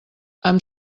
amb